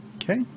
Okay